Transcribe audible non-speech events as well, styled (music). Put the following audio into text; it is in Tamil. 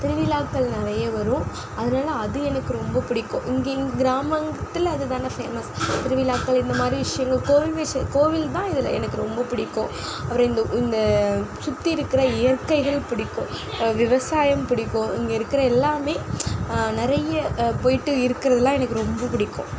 திருவிழாக்கள் நிறைய வரும் அதனால அது எனக்கு ரொம்ப புடிக்கும் இங்கே இந் கிராமத்தில் அது தான் ஃபேமஸ் திருவிழாக்கள் இந்த மாதிரி விஷயங்கள் (unintelligible) கோவில் தான் இதில் எனக்கு ரொம்ப பிடிக்கும் அவர் இந்த இந்த சுற்றி இருக்கிற இயற்கைகள் பிடிக்கும் விவசாயம் பிடிக்கும் இங்கே இருக்கிற எல்லாம் நிறைய போயிட்டு இருக்கிறதுலாம் எனக்கு ரொம்ப பிடிக்கும்